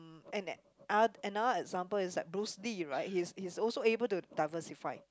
and ano~ another example is Bruce-Lee right he's he's also able to diversify